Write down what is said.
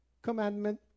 commandment